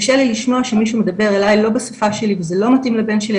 קשה לי לשמוע שמישהו מדבר אליי לא בשפה שלי וזה לא מתאים לבן שלי,